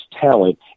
talent